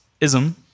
ism